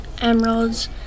emeralds